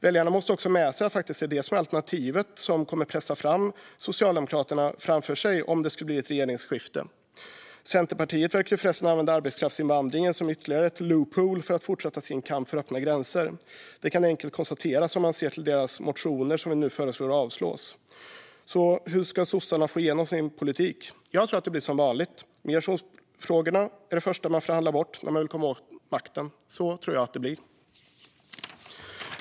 Väljarna måste ha med sig att detta faktiskt är alternativet som kommer pressa Socialdemokraterna framför sig om det skulle bli ett regeringsskifte. Centerpartiet verkar förresten använda arbetskraftsinvandringen som ytterligare ett loophole för att fortsätta sin kamp för öppna gränser. Det kan enkelt konstateras om man ser till deras motioner som vi nu föreslår avslås. Så hur ska sossarna få igenom sin politik? Jag tror att det blir som vanligt: Migrationsfrågorna är det första man förhandlar bort när man vill komma åt makten. Så tror jag att det blir.